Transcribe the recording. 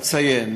אציין